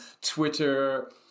Twitter